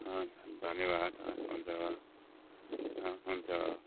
हुन्छ धन्यवाद हवस् हुन्छ हवस् हुन्छ